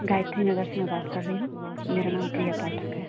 गायत्री नगर से मैं बात कर रही हूँ मेरा नाम प्रिया पाठक है